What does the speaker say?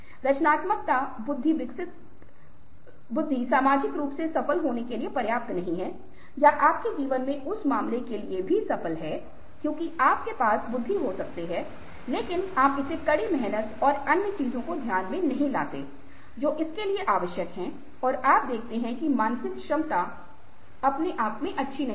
रचनात्मकता बुद्धि सामाजिक रूप से सफल होने के लिए पर्याप्त नहीं है या आपके जीवन में उस मामले के लिए भी सफल है क्योंकि आप के पास बुद्धि हो सकते हैं लेकिन आप इसे कड़ी मेहनत और अन्य चीजों को ध्यान में नहीं ला सकते हैं जो इसके साथ आवश्यक हैं और आप देखते हैं कि मानसिक क्षमता अपने आप में अच्छी नहीं है